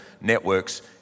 networks